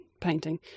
painting